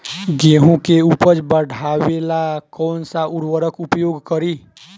गेहूँ के उपज बढ़ावेला कौन सा उर्वरक उपयोग करीं?